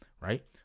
Right